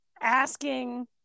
asking